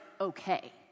okay